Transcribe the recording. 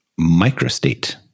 microstate